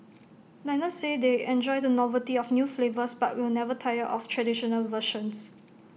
diners say they enjoy the novelty of new flavours but will never tire of traditional versions